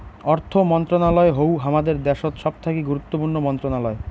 অর্থ মন্ত্রণালয় হউ হামাদের দ্যাশোত সবথাকি গুরুত্বপূর্ণ মন্ত্রণালয়